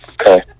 Okay